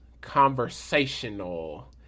conversational